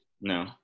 No